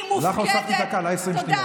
אני מופקדת, לך הוספתי דקה, לה, 20 שניות.